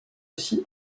aussi